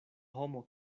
homo